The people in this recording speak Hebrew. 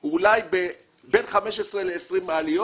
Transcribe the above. זה אולי בין 15 ל-20 מעליות,